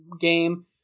game